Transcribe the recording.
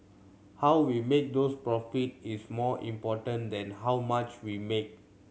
how we make those profit is more important than how much we make